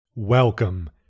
Welcome